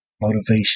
Motivation